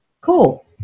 Cool